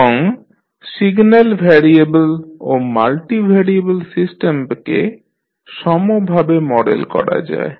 এবং single variable ও multivariable সিস্টেমকে সমভাবে মডেল করা যায়